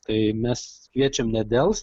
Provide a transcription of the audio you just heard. tai mes kviečiam nedelst